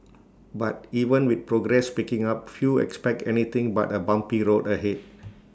but even with progress picking up few expect anything but A bumpy road ahead